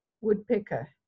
woodpecker